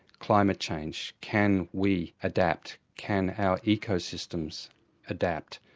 climate change can we adapt? can our ecosystems adapt?